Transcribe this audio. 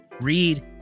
read